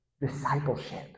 discipleship